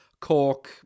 Cork